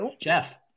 Jeff